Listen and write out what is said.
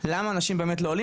למה אנשים לא עולים?